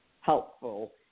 helpful